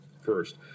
first